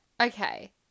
Okay